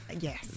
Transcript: Yes